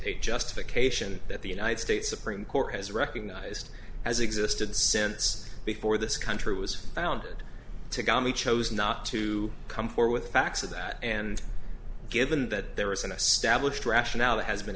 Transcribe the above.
a justification that the united states supreme court has recognized has existed since before this country was founded to gummy chose not to come for with facts of that and given that there is an established rationale that has been